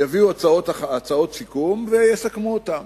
יביאו הצעות סיכום ויסכמו אותם.